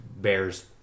bear's